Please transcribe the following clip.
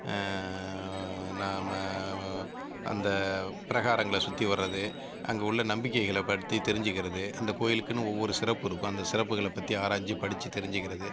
ஆ நாம் அந்த பிரகாரங்களை சுற்றி வர்றது அங்குள்ள நம்பிக்கைகளை பற்றி தெரிஞ்சுக்கிறது அந்த கோயிலுக்குன்னு ஒவ்வொரு சிறப்பு இருக்கும் அந்த சிறப்புகளை பற்றி ஆராய்ஞ்சு படிச்சு தெரிஞ்சுக்கிறது